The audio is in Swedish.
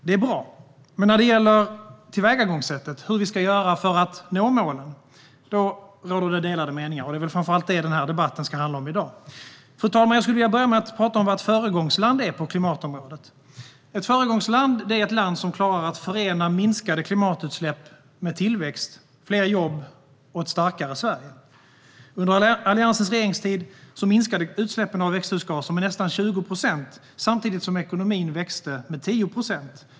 Det är bra, men när det gäller tillvägagångssättet - hur vi ska göra för att nå målen - råder det delade meningar. Det är väl framför allt det denna debatt ska handla om. Fru talman! Jag skulle vilja börja med att prata om vad ett föregångsland är på klimatområdet. Ett föregångsland är ett land som klarar att förena minskade klimatutsläpp med tillväxt, fler jobb och ett starkare Sverige. Under Alliansens regeringstid minskade utsläppen av växthusgaser med nästan 20 procent samtidigt som ekonomin växte med 10 procent.